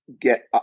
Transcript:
get